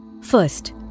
First